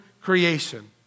creation